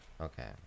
Okay